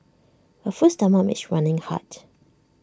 A full stomach makes running hard